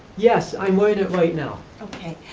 yes, i'm wearing it right now. okay,